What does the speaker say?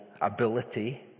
ability